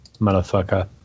motherfucker